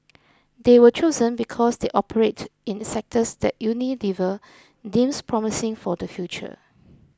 they were chosen because they operate in sectors that Unilever deems promising for the future